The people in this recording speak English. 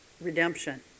redemption